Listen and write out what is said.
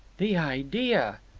the idea!